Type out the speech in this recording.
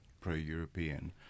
pro-European